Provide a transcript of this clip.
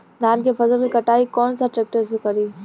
धान के फसल के कटाई कौन सा ट्रैक्टर से करी?